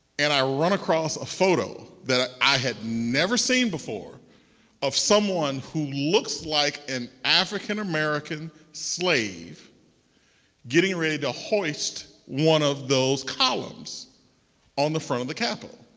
and i run across a photo that ah i had never seen before of someone who looks like an african american slave getting ready to hoist one of those columns on the front of the capital.